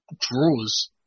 draws